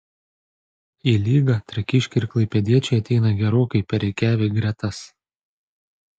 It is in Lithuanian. į lygą trakiškiai ir klaipėdiečiai ateina gerokai perrikiavę gretas